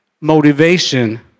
motivation